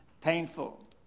Painful